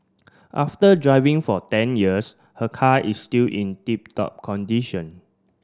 after driving for ten years her car is still in tip top condition